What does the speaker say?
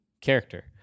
character